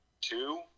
Two